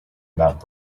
about